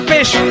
Fish